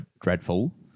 dreadful